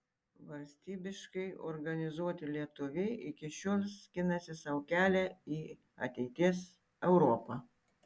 valstybiškai organizuoti lietuviai iki šiol skinasi sau kelią į ateities europą